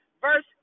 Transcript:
Verse